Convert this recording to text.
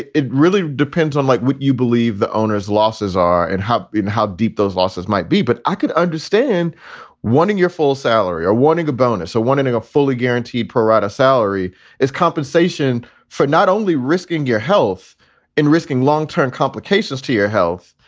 it it really depends on like what you believe the owners losses are and been how deep those losses might be. but i could understand wanting your full salary or wanting a bonus. so one a fully guaranteed pro-rata salary is compensation for not only risking your health in risking long term complications to your health,